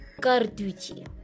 Carducci